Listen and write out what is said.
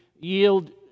yield